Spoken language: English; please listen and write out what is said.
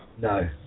No